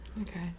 okay